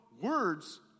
Words